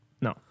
No